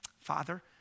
Father